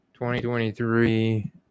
2023